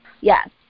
Yes